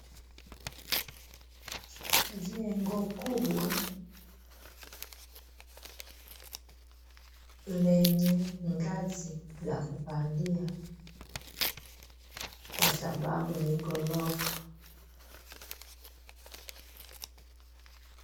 Jengo kubwa lenye ngazi la kupandia kwa sababu ni ghorofa.